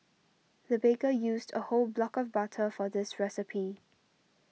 the baker used a whole block of butter for this recipe